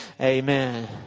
amen